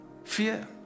fear